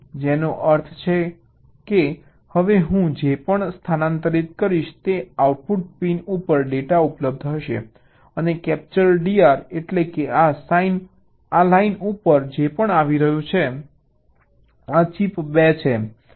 જેનો અર્થ છે કે હવે હું જે પણ સ્થાનાંતરિત કરીશ તે આઉટપુટ પિન ઉપર ડેટા ઉપલબ્ધ થશે અને કેપ્ચર DR એટલે કે આ લાઇન ઉપર જે પણ આવી રહ્યું છે આ ચિપ 2 છે